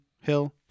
hill